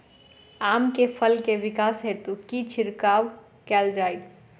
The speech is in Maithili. आम केँ फल केँ विकास हेतु की छिड़काव कैल जाए?